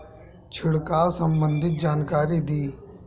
छिड़काव संबंधित जानकारी दी?